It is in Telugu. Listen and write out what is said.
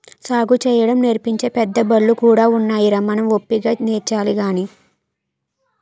సాగుసేయడం నేర్పించే పెద్దబళ్ళు కూడా ఉన్నాయిరా మనం ఓపిగ్గా నేర్చాలి గాని